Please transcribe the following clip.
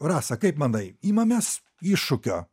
rasa kaip manai imamės iššūkio